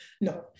no